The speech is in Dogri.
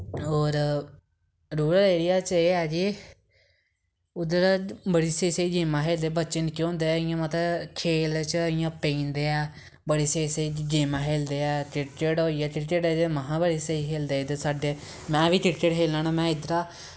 होर रूरल एरिया च एह् ऐ कि उद्धर बड़ी स्हेई स्हेई गेमां खेलदे बच्चे निक्के होंदे मतलब खेल च इ'यां पेई जंदे ऐ बड़े स्हेई स्हेई गेमां खेलदे ऐ क्रिकेट होई गेआ क्रिकेट ते महां भारी स्हेई खेलदे इद्धर साढ़े में बी क्रिकेट खेलना होन्ना में इद्धरा